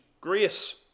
grace